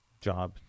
job